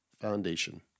foundation